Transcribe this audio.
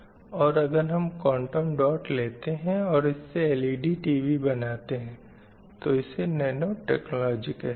और अगर हम क्वांटम डॉट लेते हैं और इससे LED TV बनाते हैं तो इसे नैनो टेक्नॉलजी कहते हैं